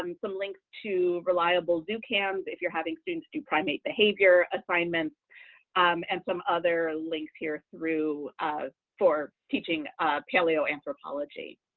um some links to reliable zoo cams, if you're having students do primate behavior assignments um and some other links here through for teaching paleoanthropology.